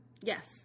Yes